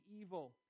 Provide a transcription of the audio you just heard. evil